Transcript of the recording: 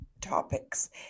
topics